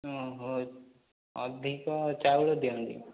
ଓହୋ ଅଧିକ ଚାଉଳ ଦିଅନ୍ତି